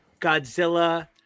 godzilla